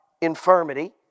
infirmity